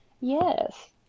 yes